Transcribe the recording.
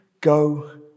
go